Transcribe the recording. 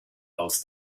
aus